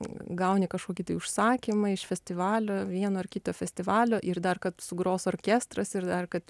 gauni kažkokį tai užsakymą iš festivalio vieno ar kita festivalio ir dar kad su gros orkestras ir dar kad